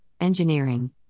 engineering